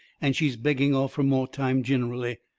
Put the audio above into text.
and she's begging off fur more time ginerally.